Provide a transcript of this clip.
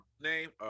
name